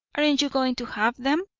aren't you going to have them?